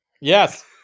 Yes